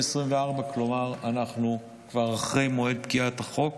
כלומר אנחנו כבר אחרי מועד פקיעת החוק.